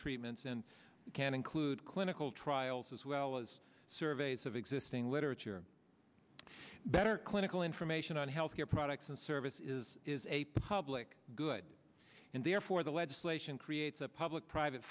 treatments and can include clinical trials as well as surveys of existing literature better clinical information on health care products and services is a public good and therefore the legislation creates a public private